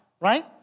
right